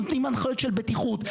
ונותנים הגדרות של בטיחות,